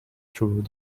through